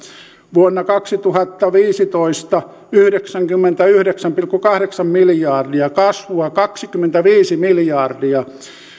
vuonna kaksituhattaviisitoista yhdeksänkymmentäyhdeksän pilkku kahdeksan miljardia valtionvelan kasvua kaksikymmentäviisi miljardia